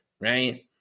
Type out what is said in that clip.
Right